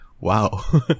wow